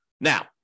Now